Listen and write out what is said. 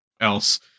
Else